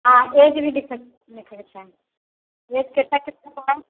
आ एज भी लिखै के छै एज कितना कितना होतै